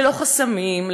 ללא חסמים,